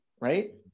right